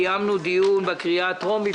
אנחנו קיימנו דיון בקריאה הטרומית,